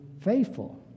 faithful